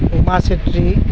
Uma Chhetri